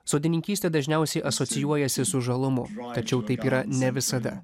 sodininkystė dažniausiai asocijuojasi su žalumu tačiau taip yra ne visada